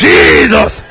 Jesus